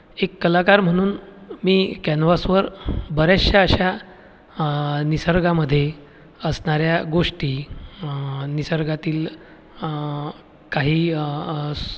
एक कलाकार म्हणून मी कॅनव्हासवर बऱ्याचशा अशा निसर्गामध्ये असणाऱ्या गोष्टी निसर्गातील काही